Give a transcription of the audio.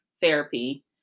therapy